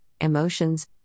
emotions